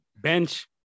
bench